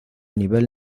nivel